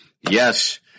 Yes